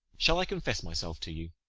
shall i confess myself to you?